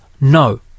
No